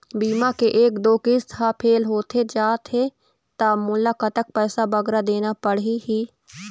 बीमा के एक दो किस्त हा फेल होथे जा थे ता मोला कतक पैसा बगरा देना पड़ही ही?